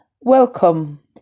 Welcome